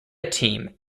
team